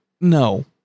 no